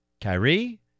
Kyrie